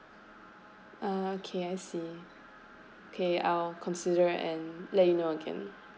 ah okay I see okay I'll consider and let you know again